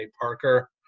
Parker